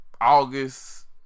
August